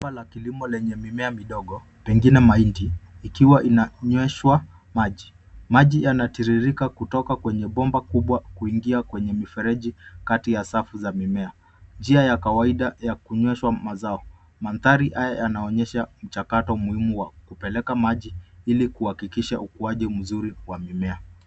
Shamba la kilimo lenye mimea midogo, pengine mahindi, ikiwa inanyweshwa maji. Maji yanatiririka kutoka kwenye bomba kubwa kuingia kwenye mifereji kati ya safu za mimea. Njia ya kawaida ya kunyweshwa mazao. Mandhari haya yanaonyesha mchakato muhimu, wa kupeleka maji ili kuhakikisha ukuaji mzuri wa mimea.